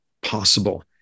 possible